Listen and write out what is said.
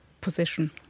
position